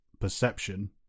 perception